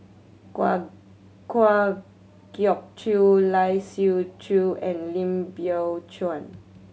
Kwa Kwa Geok Choo Lai Siu Chiu and Lim Biow Chuan